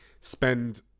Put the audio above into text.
spend